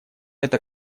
эта